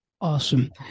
awesome